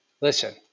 listen